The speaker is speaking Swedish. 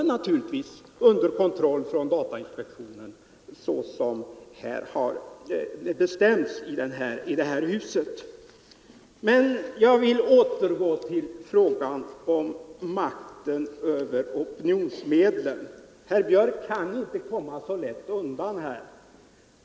Naturligtvis under kontroll från datainspektionen, på det sätt som har bestämts i det här huset. Jag vill återgå till frågan om makten över opinionsmedlen. Herr Björck kan inte komma så lätt undan.